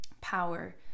power